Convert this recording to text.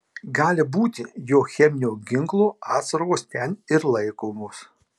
gali būti jog cheminio ginklo atsargos ten ir laikomos